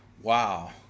wow